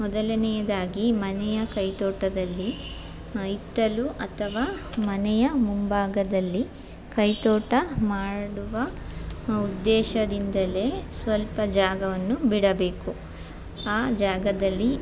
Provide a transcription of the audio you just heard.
ಮೊದಲನೆಯದಾಗಿ ಮನೆಯ ಕೈತೋಟದಲ್ಲಿ ಹಿತ್ತಲು ಅಥವಾ ಮನೆಯ ಮುಂಭಾಗದಲ್ಲಿ ಕೈತೋಟ ಮಾಡುವ ಉದ್ದೇಶದಿಂದಲೇ ಸ್ವಲ್ಪ ಜಾಗವನ್ನು ಬಿಡಬೇಕು ಆ ಜಾಗದಲ್ಲಿ